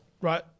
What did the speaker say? Right